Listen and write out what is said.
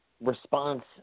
response